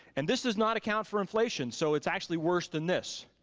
and this does not account for inflation, so it's actually worse than this.